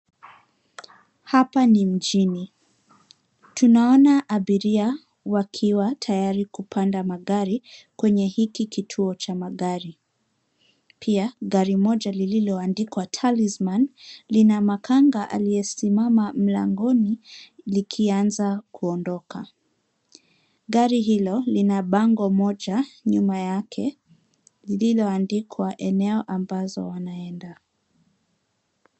Hapa ni mjini. Tunaona abiria wakiwa tayari kupanda magari kwenye hiki kituo cha magari. Pia, gari moja lililoandikwa TALISMAN lina makanga aliyesimama mlangoni likianza kuondoka. Gari hilo lina bango moja nyuma yake lililoandikwa eneo ambazo wanaenda.